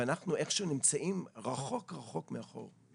ואנחנו איכשהו נמצאים רחוק מאוד מאחור.